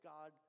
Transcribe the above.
God